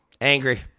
Angry